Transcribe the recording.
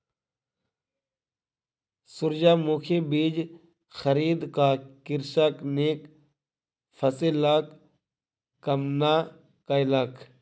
सूरजमुखी बीज खरीद क कृषक नीक फसिलक कामना कयलक